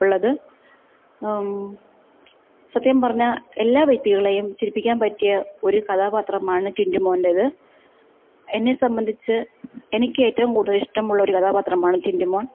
ഉള്ളത് സത്യം പറഞ്ഞാൽ എല്ലാ വ്യക്തികളെയും ചിരിപ്പിക്കാൻ പറ്റിയ ഒരു കഥാപാത്രമാണ് ടിൻറ്റു മോൻറ്റേത് എന്നെ സംബന്ധിച്ച് എനിക്ക് ഏറ്റവും കൂടുതൽ ഇഷ്ടമുള്ളൊരു കഥാപാത്രമാണ് ടിൻറ്റു മോൻ